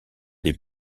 des